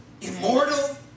immortal